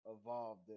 evolved